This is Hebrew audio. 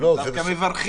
אנחנו דווקא מברכים.